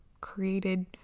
created